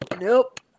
Nope